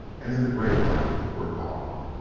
and in the gray light were gone.